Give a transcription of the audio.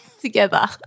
together